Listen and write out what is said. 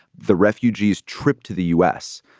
the refugees trip to the u s,